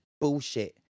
bullshit